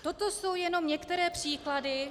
Toto jsou jenom některé příklady.